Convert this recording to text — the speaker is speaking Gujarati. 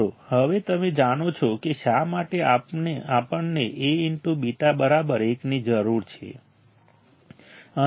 મિત્રો હવે તમે જાણો છો કે શા માટે આપણને A β બરાબર 1 ની જરૂર છે